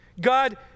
God